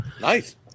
Nice